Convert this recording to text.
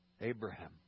Abraham